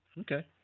Okay